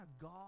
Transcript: God